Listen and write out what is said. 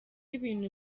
ibintu